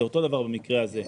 אותו דבר במקרה הזה.